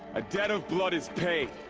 a debt of blood is paid!